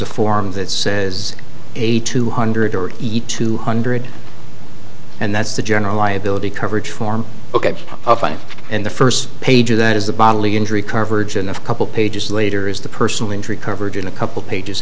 a form that says a two hundred or eat two hundred and that's the general liability coverage form ok and the first page of that is the bodily injury coverage in of couple pages later is the personal injury coverage and a couple pages